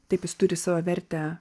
taip jis turi savo vertę